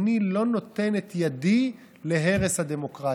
אני לא נותן את ידי להרס הדמוקרטיה.